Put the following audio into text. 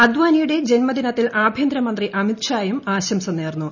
അദ്വാനിയുടെ ജന്മദിനത്തിൽ ആഭ്യന്തരമന്ത്രി അമിത് ഷായും ആശംസ നേർന്നു